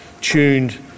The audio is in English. tuned